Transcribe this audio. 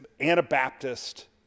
Anabaptist